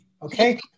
Okay